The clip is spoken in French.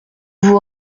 vous